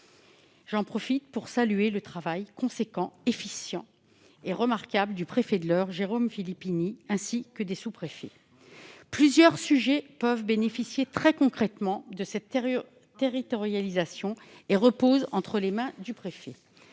j'en profite pour saluer le travail important et remarquable du préfet, Jérôme Filippini, ainsi que des sous-préfets. Plusieurs sujets peuvent bénéficier très concrètement de cette territorialisation et reposent entre les mains du préfet.